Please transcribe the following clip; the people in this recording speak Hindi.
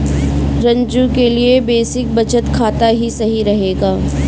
रंजू के लिए बेसिक बचत खाता ही सही रहेगा